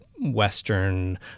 Western